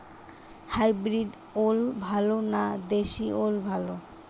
Hybrid ওল ভালো না দেশী ওল ভাল?